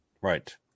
Right